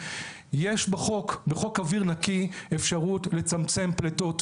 יש בחוק אוויר נקי אפשרות לצמצם פליטות